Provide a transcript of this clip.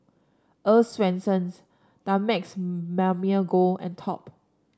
Earl's Swensens Dumex Mamil Gold and Top